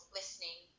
listening